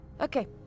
Okay